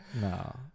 No